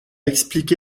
expliqué